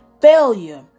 failure